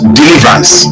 deliverance